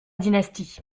dynastie